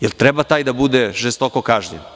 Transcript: Da li treba taj da bude žestoko kažnjen?